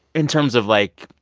in terms of, like,